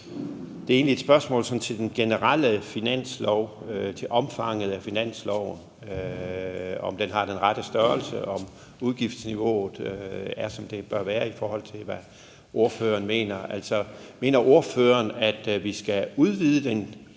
Det er egentlig et spørgsmål sådan til den generelle finanslov, til omfanget af finansloven, altså om den har den rette størrelse, og om udgiftsniveauet er, som det bør være, i forhold til hvad ordføreren mener. Mener ordføreren, at vi skal udvide hele